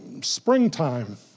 springtime